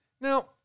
Now